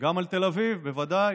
גם על תל אביב, בוודאי.